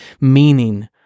meaning